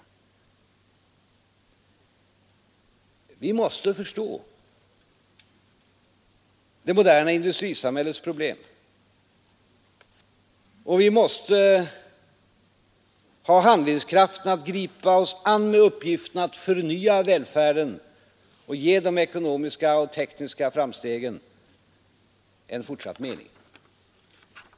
Vi fondens förvaltning, m.m. måste förstå det moderna industrisamhällets problem, och vi måste ha handlingskraften att gripa oss an med uppgiften att förnya välfärden och ge de ekonomiska och tekniska framstegen en fortsatt mening.